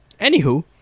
Anywho